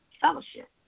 Fellowship